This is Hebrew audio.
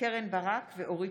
מירב בן ארי,